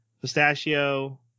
pistachio